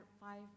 five